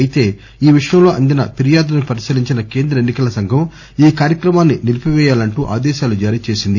అయితే ఈ విషయంలో అందిన ఫిర్యాదులను పరిశీలించిన కేంద్ర ఎన్నికల సంఘం ఈ కార్యక్రమాన్ని నిలిపిపేయాలంటూ ఆదేశాలు జారీ చేసింది